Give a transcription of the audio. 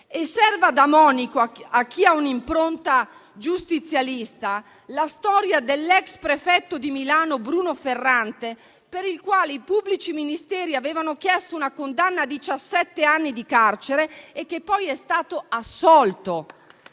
Serva da monito a chi ha un'impronta giustizialista la storia dell'ex prefetto di Milano Bruno Ferrante, per il quale i pubblici ministeri avevano chiesto una condanna a diciassette anni di carcere e che poi è stato assolto